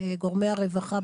גורמי הרווחה,